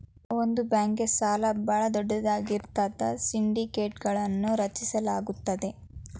ಒಂದ ಬ್ಯಾಂಕ್ಗೆ ಸಾಲ ಭಾಳ ದೊಡ್ಡದಾಗಿದ್ರ ಸಿಂಡಿಕೇಟ್ಗಳನ್ನು ರಚಿಸಲಾಗುತ್ತದೆ